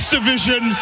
Division